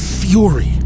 fury